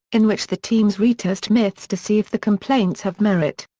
in which the teams retest myths to see if the complaints have merit.